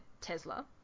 Tesla